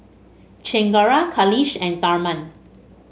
Chengara Kailash and Tharman